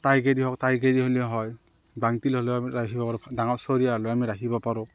ডাং টিং আমি ৰা ৰাখিব পাৰোঁ ডাঙৰ চৰিয়া হ'লে আমি ৰাখিব পাৰোঁ